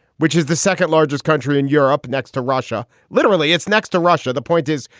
which is the second largest country in europe, next to russia literally, it's next to russia. the point is,